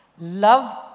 love